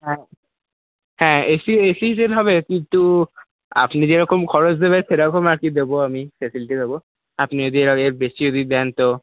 হ্যাঁ হ্যাঁ AC AC জেন হবে কিন্তু আপনি যেরকম খরচ দেবেন সেরকম আর কি দেব আমি আপনি যদি এর বেশি যদি দেন তো